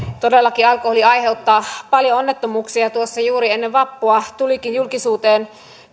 todellakin alkoholi aiheuttaa paljon onnettomuuksia tuossa juuri ennen vappua tulikin julkisuuteen